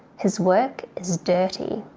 his work is dirty.